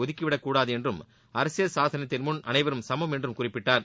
ஒதுக்கிவிடக்கூடாது என்றும் அரசியல் சாசனத்தின் முன் அனைவரும் சுமம் என்றும் குறிப்பிட்டார்